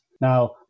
Now